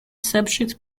subject